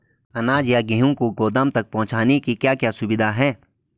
अनाज या गेहूँ को गोदाम तक पहुंचाने की क्या क्या सुविधा है?